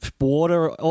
water